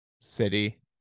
city